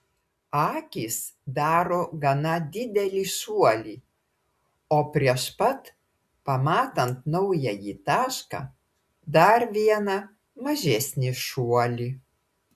akys daro gana didelį šuolį o prieš pat pamatant naująjį tašką dar vieną mažesnį šuolį